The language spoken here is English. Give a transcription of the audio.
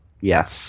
Yes